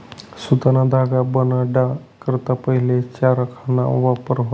सुतना धागा बनाडा करता पहिले चरखाना वापर व्हये